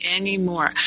anymore